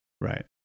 Right